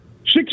six